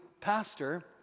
pastor